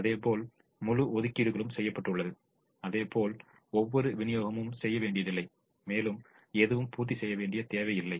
இப்போது முழு ஒதுக்கீடுகளும் செய்யப்பட்டுள்ளது அதேபோல் எந்தவொரு விநியோகமும் செய்ய வேண்டியதில்லை மேலும் எதுவும் பூர்த்தி செய்ய வேண்டிய தேவை இல்லை